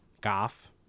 Goff